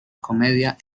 comedia